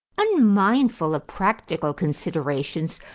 unmindful of practical considerations,